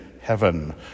heaven